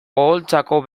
oholtzako